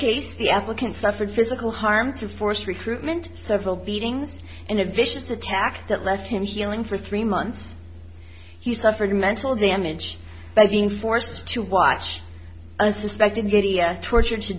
case the applicant suffered physical harm to force recruitment several beatings and a vicious attack that left him feeling for three months he suffered mental damage by being forced to watch a suspected video tortured to